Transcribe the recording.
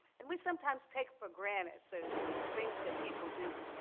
and we sometimes take for granted the things that people do.